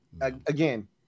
again